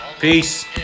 Peace